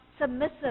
submissive